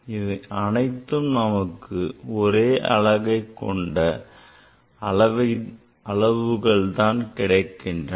இவை அனைத்திலும் நமக்கு ஒரே அலகை கொண்ட அளவுகள் தான் கிடைக்கின்றன